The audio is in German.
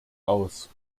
aus